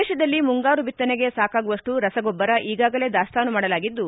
ದೇಶದಲ್ಲಿ ಮುಂಗಾರು ಬಿತ್ತನೆಗೆ ಬೇಕಾಗುವಷ್ಟು ರಸಗೊಬ್ಲರ ಈಗಾಗಲೇ ದಾಸ್ತಾನು ಮಾಡಲಾಗಿದ್ದು